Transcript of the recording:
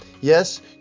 Yes